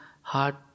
hard